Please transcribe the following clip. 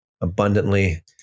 abundantly